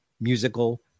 musical